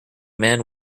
man